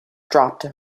dropped